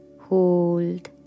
hold